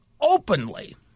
openly